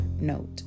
Note